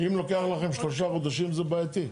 אם לוקח לכם שלושה חודשים זה בעייתי.